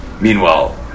meanwhile